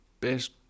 best